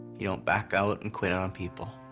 you don't back out and quit on people.